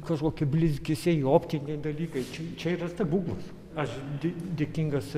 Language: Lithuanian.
kažkokie blizgesiai optiniai dalykai čia čia yra stebuklas aš dė dėkingas